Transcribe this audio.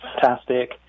fantastic